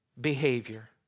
behavior